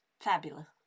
fabulous